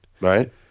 Right